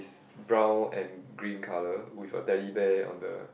brown and green color with a Teddy Bear on the